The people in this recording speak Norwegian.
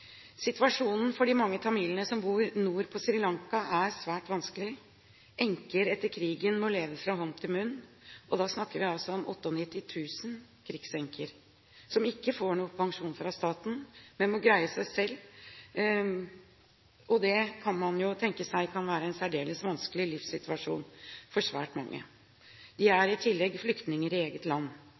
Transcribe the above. Situasjonen for de mange tamilene som bor nord på Sri Lanka, er svært vanskelig. Enker etter krigen må leve fra hånd til munn – og da snakker vi altså om 98 000 krigsenker, som ikke får noen pensjon fra staten, men må greie seg selv. Det kan man jo tenke seg kan være en særdeles vanskelig livssituasjon for svært mange. De er i tillegg flyktninger i eget land.